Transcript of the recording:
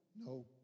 No